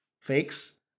fakes